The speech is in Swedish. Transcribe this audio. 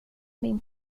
min